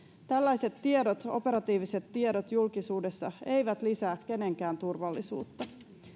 tällaiset operatiiviset tiedot julkisuudessa eivät lisää kenenkään turvallisuutta